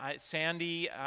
Sandy